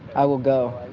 i will go.